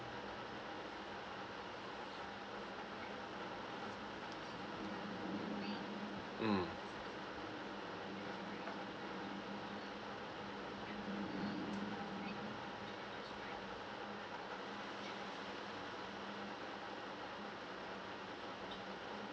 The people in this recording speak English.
mm